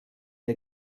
der